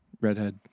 redhead